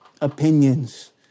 opinions